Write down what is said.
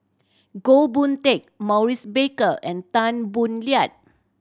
Goh Boon Teck Maurice Baker and Tan Boo Liat